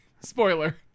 spoiler